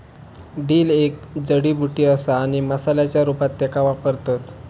dill एक जडीबुटी असा आणि मसाल्याच्या रूपात त्येका वापरतत